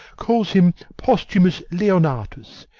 calls him posthumus leonatus,